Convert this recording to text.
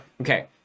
Okay